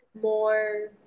more